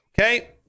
Okay